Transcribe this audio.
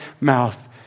mouth